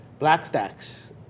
Blackstacks